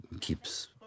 keeps